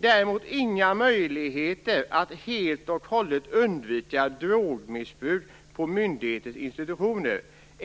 däremot inga möjligheter att helt och hållet undvika drogmissbruk på myndighetens institutioner.